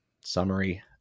summary